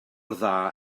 dda